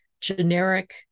generic